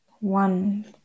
one